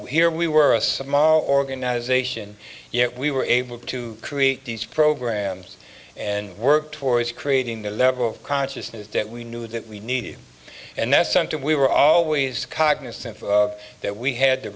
ere we were a somali organization yet we were able to create these programs and work towards creating a level of consciousness that we knew that we needed and that's something we were always cognizant that we had to